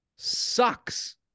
sucks